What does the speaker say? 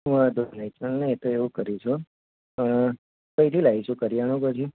વાંધો નહીં ચલ ને એ તો એવું કરીશું પણ કંઈથી લાવીશું કરિયાણું પછી